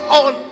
on